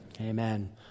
amen